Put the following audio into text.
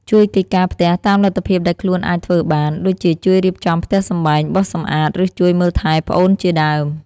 ជួយកិច្ចការផ្ទះ តាមលទ្ធភាពដែលខ្លួនអាចធ្វើបាន ដូចជាជួយរៀបចំផ្ទះសម្បែង បោសសំអាត ឬជួយមើលថែប្អូនជាដើម។